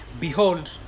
Behold